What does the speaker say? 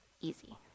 easy